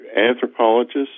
anthropologists